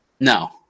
No